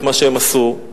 את מה שהם עשו,